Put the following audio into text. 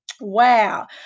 Wow